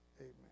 Amen